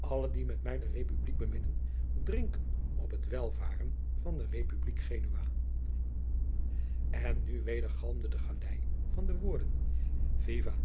alle die met mij de republiek beminnen drinken op het welvaren van de republiek genua en nu wedergalmde de galei van de woorden viva